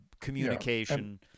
communication